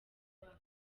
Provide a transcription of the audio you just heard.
bakoze